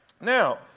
Now